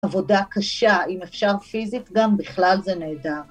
עבודה קשה. אם אפשר פיזית, גם בכלל זה נהדר